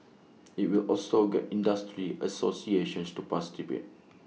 IT will also get industry associations to participate